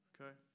Okay